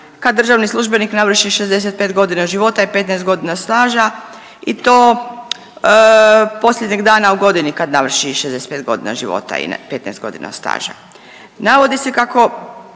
kad državni službenik navrši 65 godina života i 15 godina staža i to posljednjeg dana u godini kad navrši 65 godina života i 15 godina staža. Navodi se kako